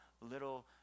little